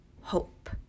Hope